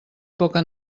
poca